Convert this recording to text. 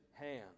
hand